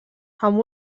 amb